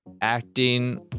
acting